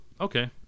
okay